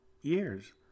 years